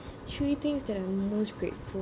three things that I'm most grateful